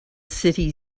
city